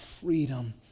freedom